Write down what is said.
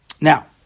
Now